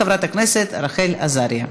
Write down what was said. חברת הכנסת רחל עזריה.